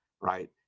right